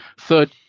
third